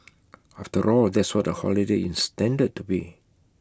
after all that's what A holiday is intended to be